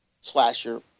slasher